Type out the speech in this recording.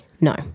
No